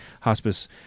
hospice